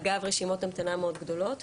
אגב רשימות המתנה מאוד גדולות,